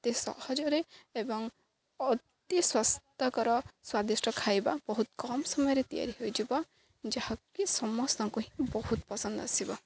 ଏତେ ସହଜରେ ଏବଂ ଅତି ସ୍ୱାସ୍ତ୍ୟକର ସ୍ଵାଦିଷ୍ଟ ଖାଇବା ବହୁତ କମ୍ ସମୟରେ ତିଆରି ହୋଇଯିବ ଯାହାକି ସମସ୍ତଙ୍କୁ ହିଁ ବହୁତ ପସନ୍ଦ ଆସିବ